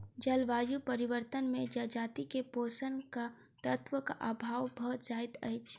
जलवायु परिवर्तन से जजाति के पोषक तत्वक अभाव भ जाइत अछि